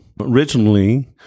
Originally